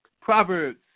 Proverbs